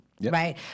Right